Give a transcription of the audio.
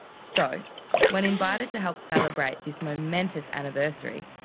so when invited to help celebrate this momentous anniversary,